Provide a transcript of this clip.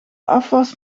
afwas